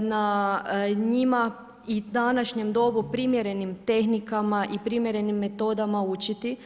na njima i današnjem dobu primjerenim tehnikama i primjerenim metodama učiti.